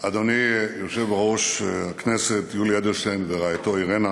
אדוני יושב-ראש הכנסת יולי אדלשטיין ורעייתו אירנה,